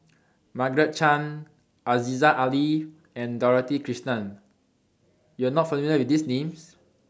Margaret Chan Aziza Ali and Dorothy Krishnan YOU Are not familiar with These Names